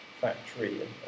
factory